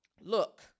look